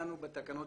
משרד הבריאות